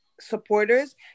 supporters